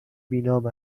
بینام